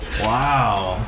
Wow